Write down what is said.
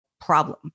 problem